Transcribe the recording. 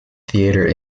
theatre